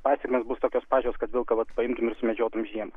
pasekmės bus tokios pačios kad vilką vat paimkim ir sumedžiokim žiemą